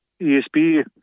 ESP